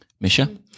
Misha